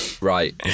Right